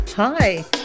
Hi